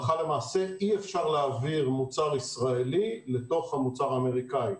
אי אפשר להעביר מוצר ישראלי לתוך המוצר האמריקאי.